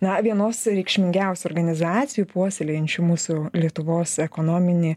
na vienos reikšmingiausių organizacijų puoselėjančių mūsų lietuvos ekonominį